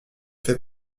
fait